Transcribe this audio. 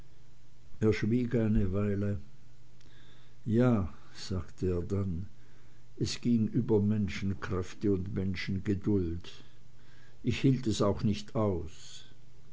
er schwieg eine weile ja sagte er dann es ging über menschenkräfte und menschengeduld ich hielt es auch nicht aus